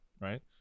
right